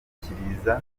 gushishikariza